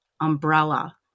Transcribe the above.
umbrella